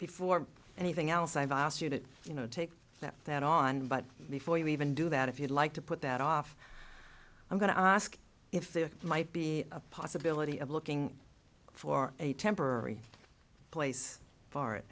before anything else i've asked you that you know take that that on but before you even do that if you'd like to put that off i'm going to ask if there might be a possibility of looking for a temporary place for it